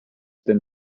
denn